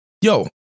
Yo